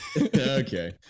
okay